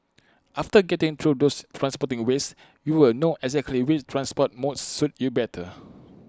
after getting through those transporting ways you will know exactly which transport modes suit you better